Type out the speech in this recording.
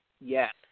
Yes